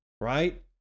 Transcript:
right